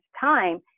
time